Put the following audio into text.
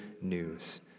news